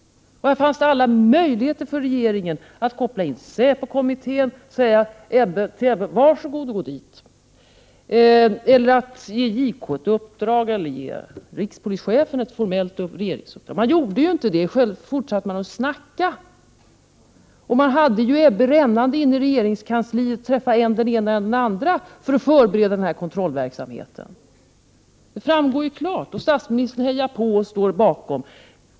Här fanns det alla möjligheter för regeringen att koppla in säpokommittén och säga till Ebbe Carlsson: Var så god och gå till säpokommittén! Eller också hade man kunnat ge JK ett uppdrag eller rikspolischefen ett formellt regeringsuppdrag. Man gjorde ju inte det utan fortsatte att snacka. Man hade Ebbe Carlsson rännande inne i regeringskansliet för att träffa än den ene och än den andre för att förbereda den här kontrollverksamheten — det framgår ju klart. Och statsministern hejar på och står bakom.